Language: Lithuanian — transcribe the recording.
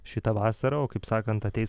šitą vasarą o kaip sakant ateis